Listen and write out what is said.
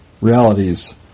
realities